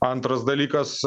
antras dalykas